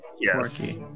Yes